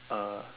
uh